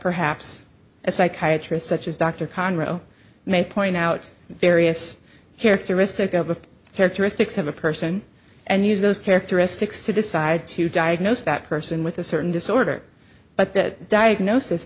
perhaps a psychiatrist such as dr conroe may point out various characteristic of the characteristics of a person and use those characteristics to decide to diagnose that person with a certain disorder but that diagnosis